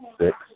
six